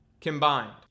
combined